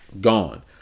gone